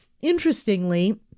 Interestingly